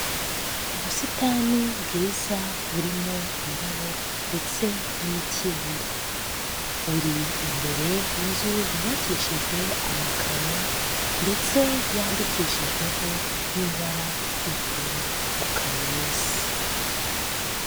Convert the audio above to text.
Ubusitani bwiza burimo indabo ndetse n'imikindo. Buri imbere y'inzu yubakishijwe amakaro ndetse yandikishijweho n'ibara ry'ubururu ngo CARAES.